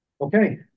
Okay